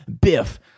Biff